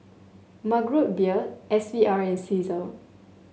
Mug Root Beer S V R and Cesar